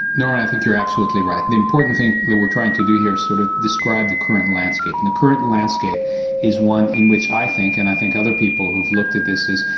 norman i think you're absolutely right. the important thing that we're trying to do here is sort of describe the current landscape and the current landscape is one in which i think, and i think other people who have looked at this is,